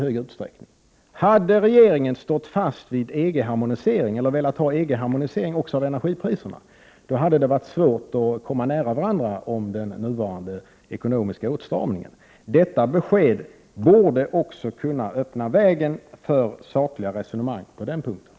Om regeringen hade stått fast vid EG-harmoniseringen, eller velat ha EG-harmonisering även av energipriserna, hade det varit svårt att komma varandra nära beträffande den nuvarande ekonomiska åtstramningen. Detta besked borde också kunna öppna vägen för sakliga resonemang på den punkten.